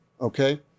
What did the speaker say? Okay